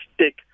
stick